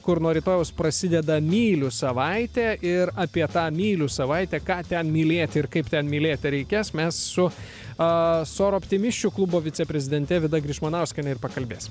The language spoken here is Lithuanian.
kur nuo rytojaus prasideda myliu savaitė ir apie tą mylių savaitę ką ten mylėt ir kaip ten mylėti reikės mes su a soroptimiščių klubo viceprezidente vida grišmanauskiene ir pakalbėsim